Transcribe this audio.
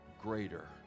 greater